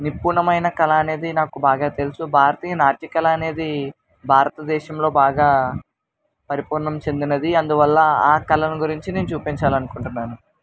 నిపుణమైన కళ అనేది నాకు బాగా తెలుసు భారతీయ నాట్య కళ అనేది భారత దేశంలో బాగా పరిపూర్ణం చెందినది అందువల్ల ఆ కళను గురించి నేను చూపించాలననుకుంటున్నాను